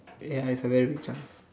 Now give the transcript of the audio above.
ya it's a very big chance